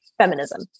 feminism